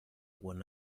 will